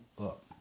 up